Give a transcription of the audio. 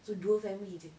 so dua family jer